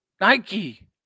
Nike